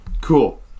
Cool